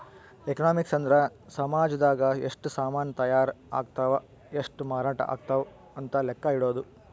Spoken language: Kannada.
ಎಕನಾಮಿಕ್ಸ್ ಅಂದ್ರ ಸಾಮಜದಾಗ ಎಷ್ಟ ಸಾಮನ್ ತಾಯರ್ ಅಗ್ತವ್ ಎಷ್ಟ ಮಾರಾಟ ಅಗ್ತವ್ ಅಂತ ಲೆಕ್ಕ ಇಡೊದು